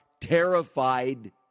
terrified